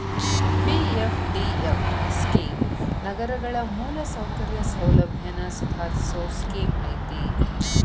PFDF scheme ನಗರಗಳ ಮೂಲಸೌಕರ್ಯ ಸೌಲಭ್ಯನ ಸುಧಾರಸೋ ಸ್ಕೇಮ್ ಐತಿ